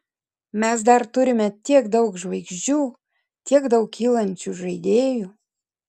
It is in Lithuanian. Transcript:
mes dar turime tiek daug žvaigždžių tiek daug kylančių žaidėjų